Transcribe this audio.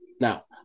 now